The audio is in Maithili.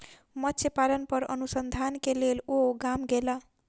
मत्स्य पालन पर अनुसंधान के लेल ओ गाम गेला